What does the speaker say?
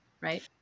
right